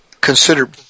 considered